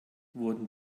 wurden